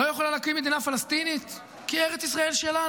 הם לא יכולים להקים מדינה פלסטינית כי ארץ ישראל שלנו,